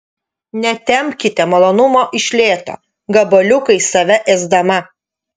netempkite malonumo iš lėto gabaliukais save ėsdama